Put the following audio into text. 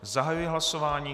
Zahajuji hlasování.